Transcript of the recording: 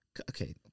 Okay